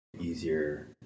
easier